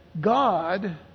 God